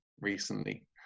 recently